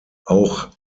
auch